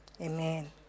Amen